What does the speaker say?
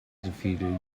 defeated